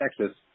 Texas